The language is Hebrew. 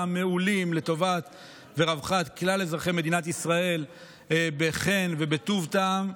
מעולים לטובת ולרווחת כלל אזרחי מדינת ישראל בחן ובטוב טעם.